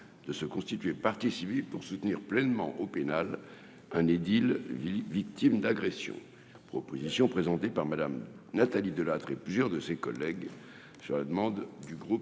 de se constituer partie civile pour soutenir pleinement, au pénal, un édile victime d'agression, présentée par Mme Nathalie Delattre et plusieurs de ses collègues (proposition n° 631